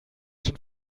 schon